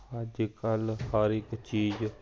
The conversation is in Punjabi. ਅੱਜ ਕੱਲ੍ਹ ਹਰ ਇੱਕ ਚੀਜ਼